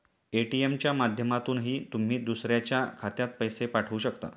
ATM च्या माध्यमातूनही तुम्ही दुसऱ्याच्या खात्यात पैसे पाठवू शकता